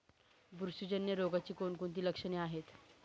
बुरशीजन्य रोगाची कोणकोणती लक्षणे आहेत?